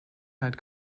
had